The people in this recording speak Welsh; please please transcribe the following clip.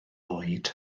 oed